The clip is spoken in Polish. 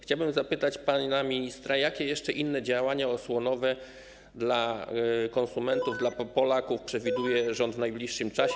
Chciałbym zapytać pana ministra, jakie jeszcze inne działania osłonowe dla konsumentów, dla Polaków przewiduje rząd w najbliższym czasie.